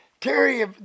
Terry